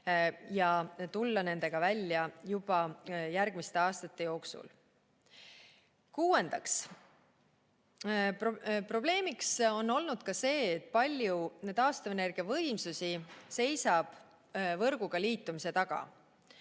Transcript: ja tulla nendega välja juba järgmiste aastate jooksul. Kuuendaks, probleem on olnud ka see, et palju taastuvenergiavõimsusi seisab võrguga liitumise taga.